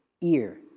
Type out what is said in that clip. ear